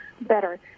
better